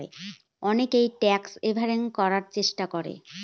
অনেকে tax avoid করার চেষ্টা করে